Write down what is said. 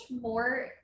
more